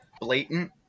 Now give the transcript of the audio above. blatant